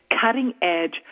cutting-edge